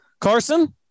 Carson